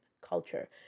culture